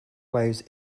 waves